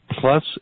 plus